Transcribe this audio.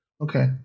Okay